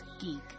geek